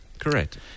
correct